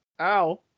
ow